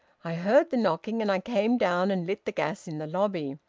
i heard the knocking and i came down and lit the gas in the lobby.